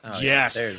Yes